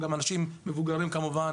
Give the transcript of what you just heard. מדובר גם על אנשים מבוגרים כמובן,